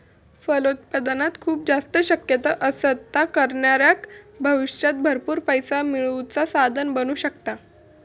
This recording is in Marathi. फलोत्पादनात खूप जास्त शक्यता असत, ता करणाऱ्याक भविष्यात भरपूर पैसो मिळवुचा साधन बनू शकता